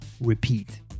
repeat